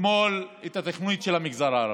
אתמול את התוכנית של המגזר הערבי.